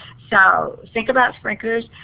so, think about sprinklers.